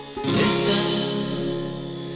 Listen